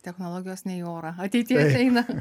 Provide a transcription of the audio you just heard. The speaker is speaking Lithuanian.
technologijos ne į orą ateities eina